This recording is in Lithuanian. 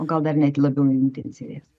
o gal dar net labiau intensyvės